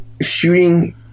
Shooting